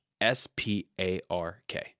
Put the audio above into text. S-P-A-R-K